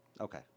Okay